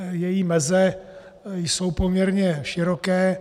Její meze jsou poměrně široké.